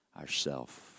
Ourself